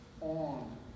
On